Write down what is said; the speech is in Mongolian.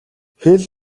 хэл